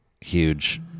huge